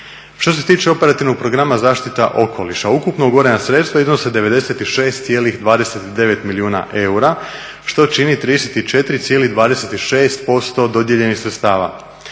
Što se tiče operativnog programa zaštita okoliša, ukupno ugovorena sredstva iznose 96,29 milijuna eura, što čini 34,26% dodijeljenih sredstava